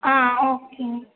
ஆ ஓகேங்க